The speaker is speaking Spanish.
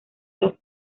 las